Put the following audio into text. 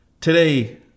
today